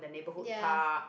ya